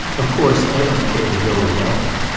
of course i don't care to go without him.